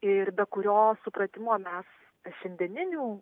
ir be kurio supratimo mes šiandieninių